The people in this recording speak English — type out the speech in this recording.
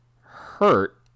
hurt